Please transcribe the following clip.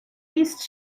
east